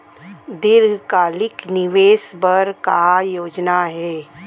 दीर्घकालिक निवेश बर का योजना हे?